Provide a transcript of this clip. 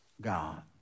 God